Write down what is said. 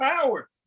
power